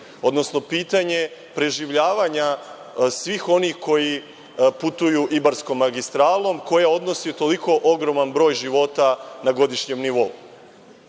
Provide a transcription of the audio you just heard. odnosno pitanje preživljavanja svih onih koji putuju Ibarskom magistralom, koja odnosi toliko ogroman broj života na godišnjem nivou. Kakav